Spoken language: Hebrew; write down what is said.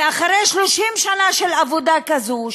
ואחרי 30 שנה של עבודה כזו,